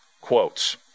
quotes